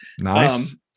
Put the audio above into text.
nice